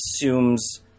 assumes